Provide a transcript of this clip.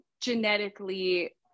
genetically